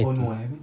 that cat